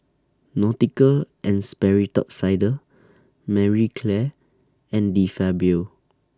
Nautica and Sperry Top Sider Marie Claire and De Fabio